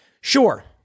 Sure